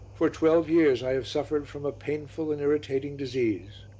for twelve years i have suffered from a painful and irritating disease.